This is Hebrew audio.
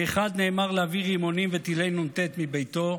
לאחד נאמר להעביר רימונים וטילי נ"ט מביתו,